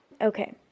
Okay